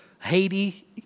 Haiti